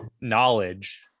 knowledge